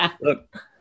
Look